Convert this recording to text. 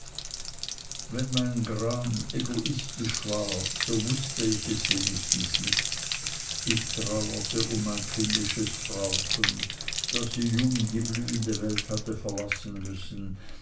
wenn mein gram egoistisch war so wußte ich es wenigstens nicht ich trauerte um mein kindisches frauchen das so jung die blühende welt hatte verlassen müssen